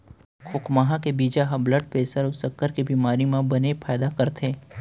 खोखमा के बीजा ह ब्लड प्रेसर अउ सक्कर के बेमारी म बने फायदा करथे